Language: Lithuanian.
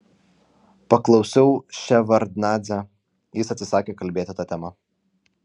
paklausiau ševardnadzę jis atsisakė kalbėti ta tema